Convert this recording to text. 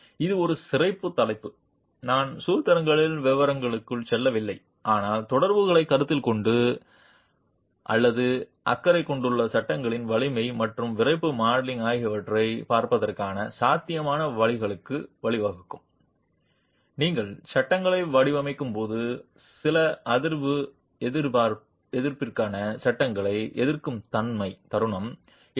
எனவே இது ஒரு சிறப்பு தலைப்பு நான் சூத்திரங்களின் விவரங்களுக்குள் செல்லவில்லை ஆனால் தொடர்புகளை கருத்தில் கொண்டு அல்லது அக்கறை கொள்ளாதது சட்டங்களின் வலிமை மற்றும் விறைப்பு மாடலிங் ஆகியவற்றைப் பார்ப்பதற்கான சாத்தியமான வழிகளுக்கு வழிவகுக்கும் நீங்கள் சட்டங்களை வடிவமைக்கும்போது நில அதிர்வு எதிர்ப்பிற்கான சட்டங்களை எதிர்க்கும் தருணம்